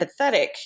empathetic